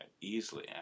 easily